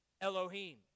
Elohim